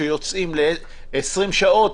שיוצאים ל-20 שעות,